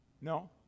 No